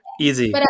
Easy